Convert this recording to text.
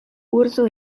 urso